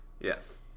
Yes